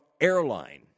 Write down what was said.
airline